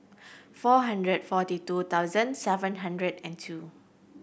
four hundred forty two thousand seven hundred and two